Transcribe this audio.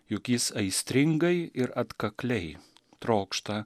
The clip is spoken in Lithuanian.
juk jis aistringai ir atkakliai trokšta